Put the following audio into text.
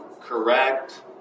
correct